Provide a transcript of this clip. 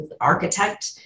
architect